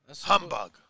Humbug